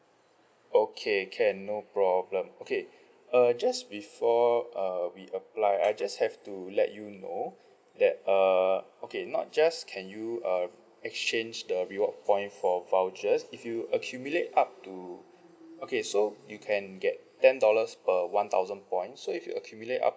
okay can no problem okay err just before uh we apply I just have to let you know that err okay not just can you uh exchange the reward point for vouchers if you accumulate up to okay so you can get ten dollars per one thousand points so if you accumulate up